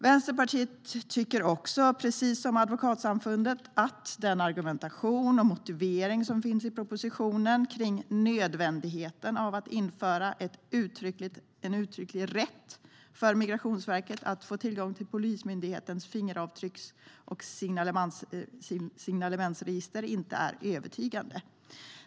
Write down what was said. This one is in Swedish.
Vänsterpartiet tycker också, precis som Advokatsamfundet, att den argumentation och motivering som finns i propositionen kring nödvändigheten av att införa en uttrycklig rätt för Migrationsverket att få tillgång till Polismyndighetens fingeravtrycks och signalementsregister inte är övertygande.